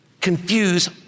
confuse